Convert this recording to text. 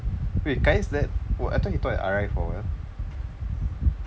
wait kai dad who wha~ I thought he taught R_I for a while